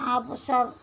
अब सब